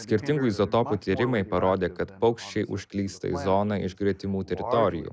skirtingų izotopų tyrimai parodė kad paukščiai užklysta į zoną iš gretimų teritorijų